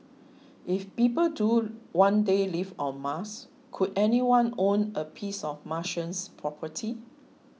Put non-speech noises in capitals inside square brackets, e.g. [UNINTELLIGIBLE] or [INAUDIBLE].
if people do one day live on Mars could anyone own a piece of Martian [UNINTELLIGIBLE] property